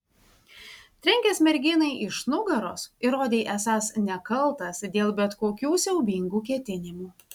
trenkęs merginai iš nugaros įrodei esąs nekaltas dėl bet kokių siaubingų ketinimų